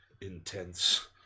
intense